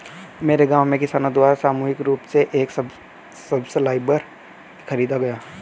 मेरे गांव में किसानो द्वारा सामूहिक रूप से एक सबसॉइलर खरीदा गया